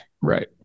Right